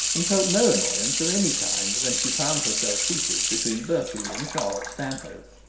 and felt no annoyance of any kind, when she found herself seated between bertie and charlotte stanhope.